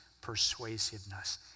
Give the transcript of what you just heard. persuasiveness